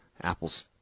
Apple's